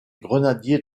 grenadiers